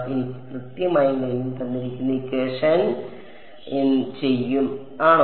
എനിക്ക് കൃത്യമായി കഴിയും ഞാൻ ചെയ്യും ആണോ